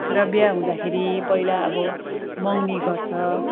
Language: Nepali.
र बिहे हुँदा फेरि पहिला अब मगनी गर्छ